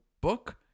book